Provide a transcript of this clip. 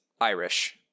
Irish